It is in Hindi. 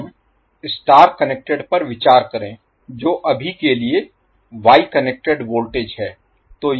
अब हम स्टार कनेक्टेड पर विचार करें जो अभी के लिए Y कनेक्टेड वोल्टेज है